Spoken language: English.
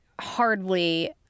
hardly